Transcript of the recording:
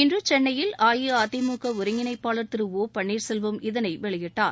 இன்று சென்னையில் அஇஅதிமுக ஒருங்கிணைப்பாளர் திரு ஒ பள்ளீர் செல்வம் இதனை வெளியிட்டார்